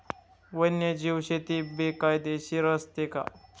वन्यजीव शेती बेकायदेशीर असते का?